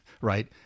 Right